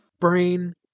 Brain